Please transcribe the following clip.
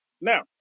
Now